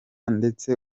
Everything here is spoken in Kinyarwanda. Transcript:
ndetse